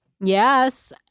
Yes